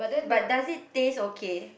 but does it taste okay